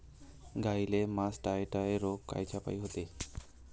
गाईले मासटायटय रोग कायच्यापाई होते?